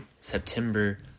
September